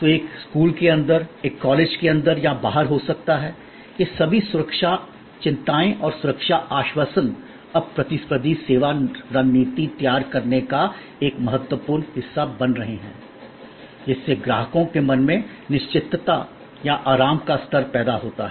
तो यह एक स्कूल के अंदर एक कॉलेज के अंदर या बाहर हो सकता है ये सभी सुरक्षा चिंताएं और सुरक्षा आश्वासन अब प्रतिस्पर्धी सेवा रणनीति तैयार करने का एक महत्वपूर्ण हिस्सा बन रहे हैं जिससे ग्राहकों के मन में निश्चितता या आराम का स्तर पैदा होता है